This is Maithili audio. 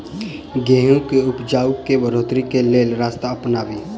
गेंहूँ केँ उपजाउ केँ बढ़ोतरी केँ लेल केँ रास्ता अपनाबी?